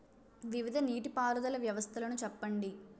వివిధ నీటి పారుదల వ్యవస్థలను చెప్పండి?